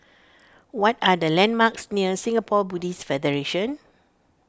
what are the landmarks near Singapore Buddhist Federation